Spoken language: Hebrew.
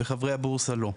וחברי הבורסה לא.